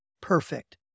perfect